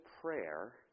prayer